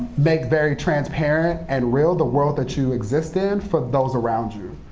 make very transparent and real the world that you exist in for those around you.